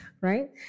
right